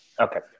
Okay